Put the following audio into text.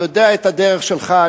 אני יודע את הדרך שלך,